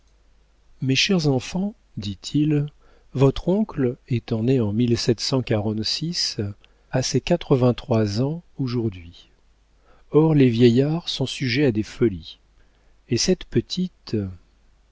mes chers enfants dit-il votre oncle étant né en à ces quatrevingt trois ans aujourd'hui or les vieillards sont sujets à des folies et cette petite